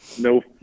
No